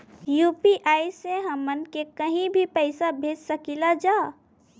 UPI से हमहन के कहीं भी पैसा भेज सकीला जा?